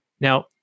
Now